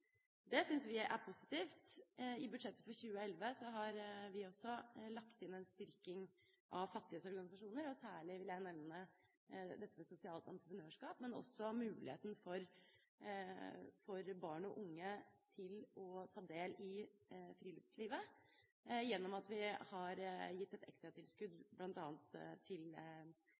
Det syns vi er positivt. I budsjettet for 2011 har vi også lagt inn en styrking av fattiges organisasjoner. Særlig vil jeg nevne dette med sosialt entreprenørskap, men også muligheten for barn og unge til å ta del i friluftslivet gjennom at vi har gitt et tilskudd til